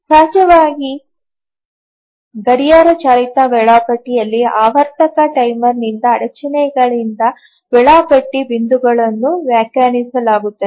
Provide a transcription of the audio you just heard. ಸಹಜವಾಗಿ ಗಡಿಯಾರ ಚಾಲಿತ ವೇಳಾಪಟ್ಟಿಯಲ್ಲಿ ಆವರ್ತಕ ಟೈಮರ್ನಿಂದ ಅಡಚಣೆಗಳಿಂದ ವೇಳಾಪಟ್ಟಿ ಬಿಂದುಗಳನ್ನು ವ್ಯಾಖ್ಯಾನಿಸಲಾಗುತ್ತದೆ